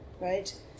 Right